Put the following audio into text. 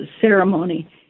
ceremony